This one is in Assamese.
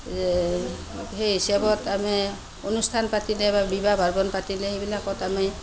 সেই হিচাপত মানে অনুষ্ঠান পাতিলে বা বিবাহ পাতিলে সেইবিলাকত আমি